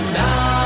now